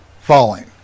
falling